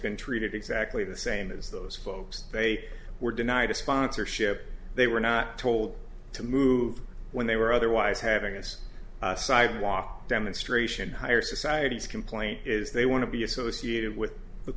been treated exactly the same as those folks they were denied a sponsorship they were not told to move when they were otherwise having us sidewalk demonstration higher societies complaint is they want to be associated with the